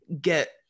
get